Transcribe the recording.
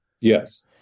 Yes